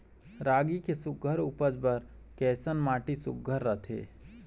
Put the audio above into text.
रागी के सुघ्घर उपज बर कैसन माटी सुघ्घर रथे?